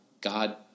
God